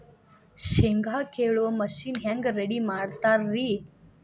ಶೇಂಗಾ ಕೇಳುವ ಮಿಷನ್ ಹೆಂಗ್ ರೆಡಿ ಮಾಡತಾರ ರಿ?